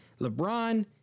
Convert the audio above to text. LeBron